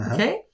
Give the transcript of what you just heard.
Okay